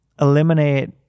eliminate